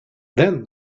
then